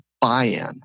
buy-in